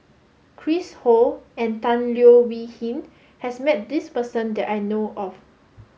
Chris Ho and Tan Leo Wee Hin has met this person that I know of